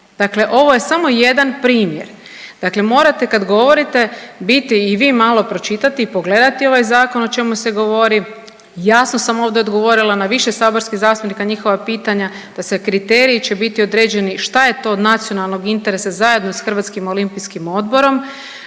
dakle ovo je samo jedan primjer. Dakle morate kad govorite biti i vi malo pročitati i pogledati ovaj zakon o čemu se govori. Jasno sam ovdje odgovorila na više saborskih zastupnika i njihova pitanja da se kriteriji će biti određeni šta je to od nacionalnog interesa zajedno s Hrvatskim olimpijskim odborom